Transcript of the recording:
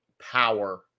power